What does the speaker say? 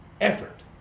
effort